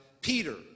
Peter